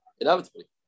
inevitably